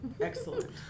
Excellent